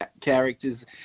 characters